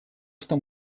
что